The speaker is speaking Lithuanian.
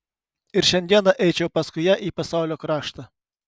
ir šiandieną eičiau paskui ją į pasaulio kraštą